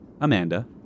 Amanda